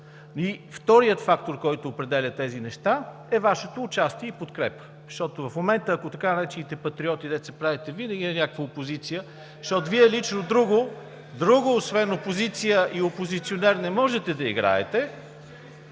И вторият фактор, който определя тези неща, е Вашето участие и подкрепа, защото в момента, ако така наречените „патриоти“, дето се правите винаги на някаква опозиция (реплики от ОП), защото Вие друго освен опозиция и опозиционер не можете да играете,